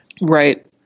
Right